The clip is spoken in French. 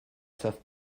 savent